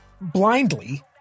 blindly